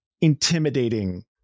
intimidating